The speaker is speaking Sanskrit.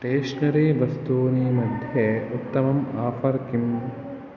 स्टेशनरी वस्तूनि मध्ये उत्तमम् आफर् किम्